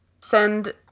send